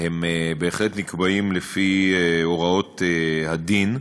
בהחלט נקבעים לפי הוראות הדין.